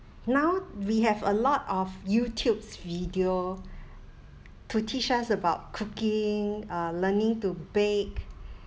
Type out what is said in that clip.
now we have a lot of youtubes video to teach us about cooking uh learning to bake